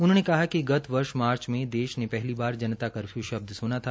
उन्होंने कहा कि गत वर्ष मार्च में देश ने पहलीबार जनता कर्फ्यू शब्द सुना था